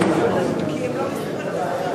כך: